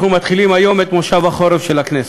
אנחנו מתחילים היום את מושב החורף של הכנסת,